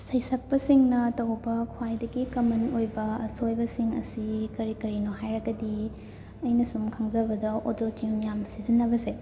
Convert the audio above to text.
ꯁꯩꯁꯛꯄꯁꯤꯡꯅ ꯇꯧꯕ ꯈ꯭ꯋꯥꯏꯗꯒꯤ ꯀꯃꯟ ꯑꯣꯏꯕ ꯑꯁꯣꯏꯕꯁꯤꯡ ꯑꯁꯤ ꯀꯔꯤ ꯀꯔꯤꯅꯣ ꯍꯥꯏꯔꯒꯗꯤ ꯑꯩꯅ ꯁꯨꯝ ꯈꯪꯖꯕꯗ ꯑꯣꯇꯣ ꯇ꯭ꯌꯨꯟ ꯌꯥꯝ ꯁꯤꯖꯤꯟꯅꯕꯁꯦ